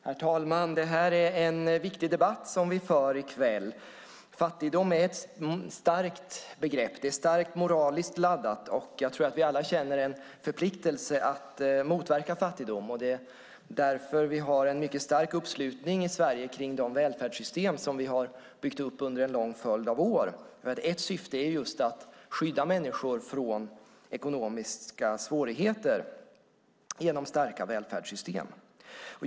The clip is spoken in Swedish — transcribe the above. Herr talman! Det är en viktig debatt vi för i kväll. Fattigdom är ett starkt begrepp. Det är starkt moraliskt laddat. Jag tror att vi alla känner en förpliktelse att motverka fattigdom. Därför har vi en stark uppslutning i Sverige för de välfärdssystem som vi har byggt upp under en lång följd av år. Ett syfte med välfärdssystemen är just att skydda människor från ekonomiska svårigheter.